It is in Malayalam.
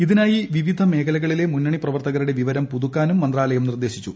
ഇതിനായി വിവിധ മേഖലകളിലെ മുന്നണിപ്രവർത്തകരുടെ വിവരം പുതുക്കാനും മന്ത്രാലയം നിർദേശിച്ചു